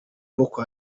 boko